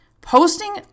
posting